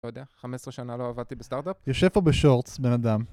לא יודע, 15 שנה לא עבדתי בסטארט-אפ. יושב פה בשורטס, בן אדם.